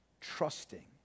trusting